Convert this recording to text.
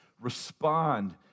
respond